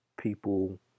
people